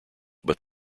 but